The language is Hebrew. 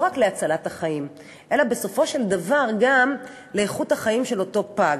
לא רק להצלת החיים אלא בסופו של דבר גם לאיכות החיים של אותו פג.